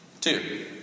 Two